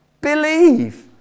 Believe